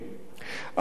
אדוני היושב-ראש,